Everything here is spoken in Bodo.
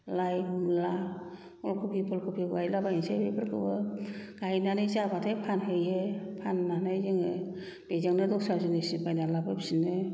लाइ मुला अल कपि पुल कपि गायला बायनोसै बेफोरखौबो गायनानै जाबाथाय फानहैयो फाननानै जोङो बेजोंनो दस्रा जिनिस बायनानै लाबोफिनो